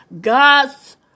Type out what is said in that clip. God's